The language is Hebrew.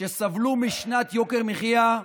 שסבלו משנת יוקר מחיה,